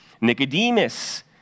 Nicodemus